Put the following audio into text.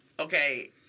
Okay